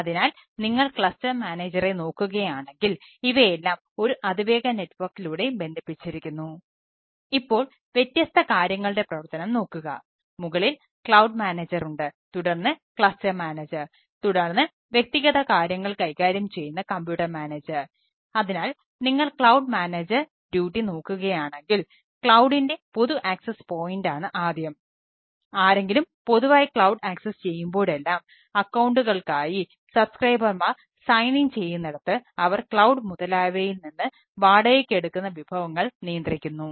അതിനാൽ ഇപ്പോൾ വ്യത്യസ്ത കാര്യങ്ങളുടെ പ്രവർത്തനം നോക്കുക അതിനാൽ മുകളിൽ ക്ലൌഡ് മാനേജർ മുതലായവയിൽ നിന്ന് വാടകയ്ക്ക് എടുക്കുന്ന വിഭവങ്ങൾ നിയന്ത്രിക്കുന്നു